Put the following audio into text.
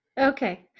Okay